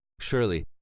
Surely